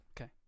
Okay